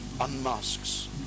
unmasks